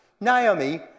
Naomi